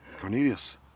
Cornelius